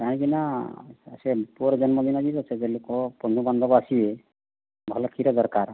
କାହିଁକିନା ସେ ପୁଅର ଜନ୍ମଦିନ ସେଦିନ ବନ୍ଧୁ ବାନ୍ଧବ ଆସିବେ ଭଲ କ୍ଷୀର ଦରକାର